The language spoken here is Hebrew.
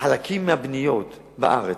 בחלק מהבנייה בארץ,